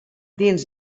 dins